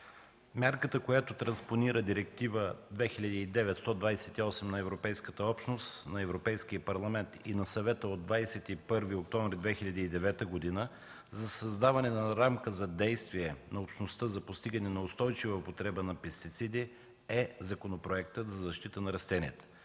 мярката, която транспонира Директива 2009/128 на Европейската общност, на Европейския парламент и на Съвета от 21 октомври 2009 г. за създаване на рамка за действие на Общността за постигане на устойчива употреба на пестициди е Законопроектът за защита на растенията.